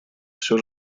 все